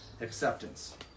acceptance